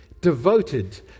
Devoted